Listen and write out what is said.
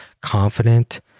confident